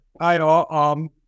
Hi